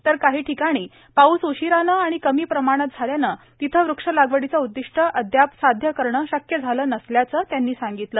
तर काही ठिकाणी पाऊस उशिरानं आणि कमी प्रमाणात झाल्यानं तिथे वृक्ष लागवडीचं उद्दिष्ट अद्याप साध्य करणं शक्य झालं नसल्याचं त्यांनी सांगितलं